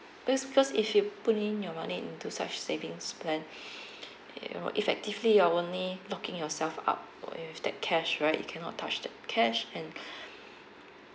this because if you put in your money into such savings plan you know effectively you're only locking yourself up locked in with that cash right you cannot touch the cash and